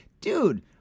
Dude